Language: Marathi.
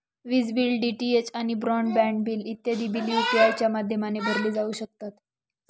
विज बिल, डी.टी.एच आणि ब्रॉड बँड बिल इत्यादी बिल यू.पी.आय च्या माध्यमाने भरले जाऊ शकतात